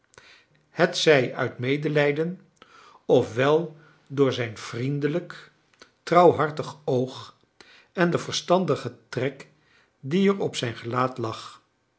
hetzij uit medelijden of wel door zijn vriendelijk trouwhartig oog en den verstandigen trek die er op zijn gelaat lag